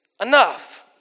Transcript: enough